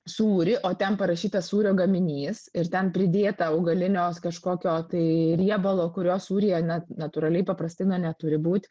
sūrį o ten parašyta sūrio gaminys ir ten pridėta augalinios kažkokio tai riebalo kurio sūryje net natūraliai paprastai na neturi būti